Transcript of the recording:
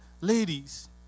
ladies